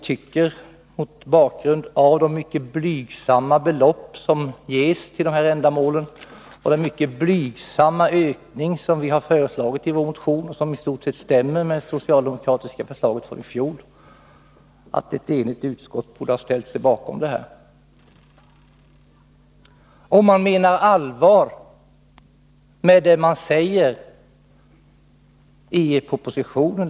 Med tanke på de mycket små belopp som ges för de här ändamålen och den mycket blygsamma ökning som vi har föreslagit i vår motion — som i stort sett överensstämmer med socialdemokraternas förslag från i fjol — tycker vi att ett enigt utskott borde ha ställt sig bakom vårt förslag, om man menar allvar med vad som sägs i propositionen.